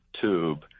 tube